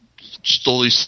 slowly